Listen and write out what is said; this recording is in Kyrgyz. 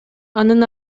анын